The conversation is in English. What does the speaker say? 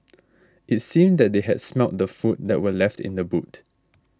it seemed that they had smelt the food that were left in the boot